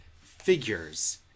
figures